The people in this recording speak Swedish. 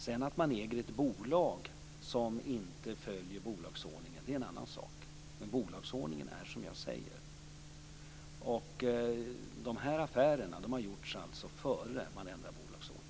Sedan kan man äga ett bolag som inte följer bolagsordningen, men det är en annan sak. Bolagsordningen ser ut som jag säger. De här affärerna har alltså gjorts innan man ändrade bolagsordningen.